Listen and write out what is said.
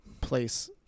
place